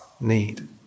need